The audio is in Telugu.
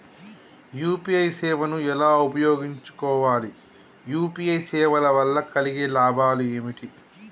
యూ.పీ.ఐ సేవను ఎలా ఉపయోగించు కోవాలి? యూ.పీ.ఐ సేవల వల్ల కలిగే లాభాలు ఏమిటి?